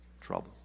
Trouble